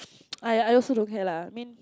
aiya I also don't care lah I mean